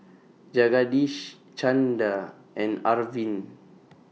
Jagadish Chanda and Arvind